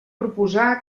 proposar